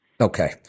Okay